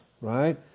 right